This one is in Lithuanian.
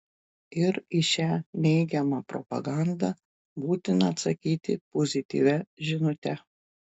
ir į šią neigiamą propagandą būtina atsakyti pozityvia žinute